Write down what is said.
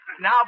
Now